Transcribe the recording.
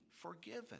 forgiven